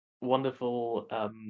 wonderful